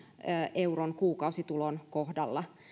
euron kuukausitulon kohdalla